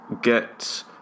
get